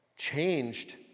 changed